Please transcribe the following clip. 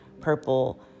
purple